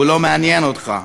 הוא לא מעניין אותך.